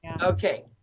Okay